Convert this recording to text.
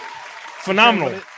Phenomenal